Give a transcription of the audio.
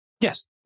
Yes